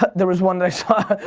but there was one that i saw,